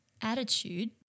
attitude